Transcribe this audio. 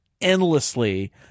endlessly